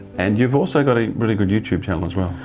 and you've also got a really good youtube channel as well.